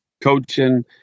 Coaching